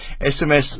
SMS